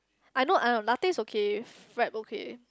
I know uh latte is okay frappe is okay